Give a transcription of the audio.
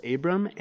Abram